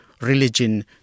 religion